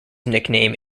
nickname